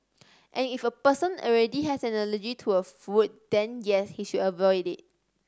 and if a person already has an allergy to a food then yes he should avoid it